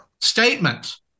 statement